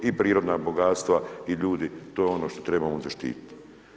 I prirodna bogatstva i ljudi, to je ono što trebamo zaštiti.